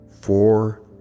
four